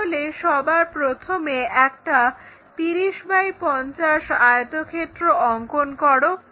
তাহলে সবার প্রথমে একটা 30 X 50 আয়তক্ষেত্র অঙ্কন করো